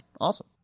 Awesome